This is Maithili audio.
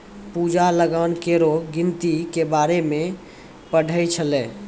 पूजा लगान केरो गिनती के बारे मे पढ़ै छलै